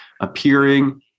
appearing